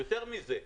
יותר מזה.